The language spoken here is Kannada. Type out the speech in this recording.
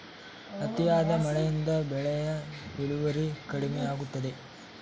ಅತಿಯಾದ ಮಳೆಯಿಂದ ಬೆಳೆಯ ಇಳುವರಿ ಕಡಿಮೆಯಾಗುತ್ತದೆ